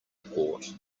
port